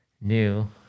new